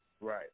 Right